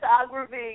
photography